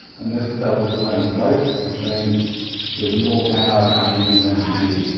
and this tells us we're in float, which means there's more power coming in than is needed.